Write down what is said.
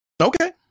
Okay